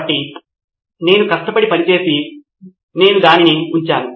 కాబట్టి నేను కష్టపడి పని చేసి నేను దానిని ఉంచాను